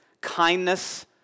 kindness